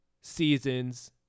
seasons